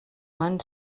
van